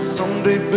Someday